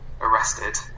arrested